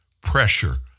pressure